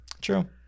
True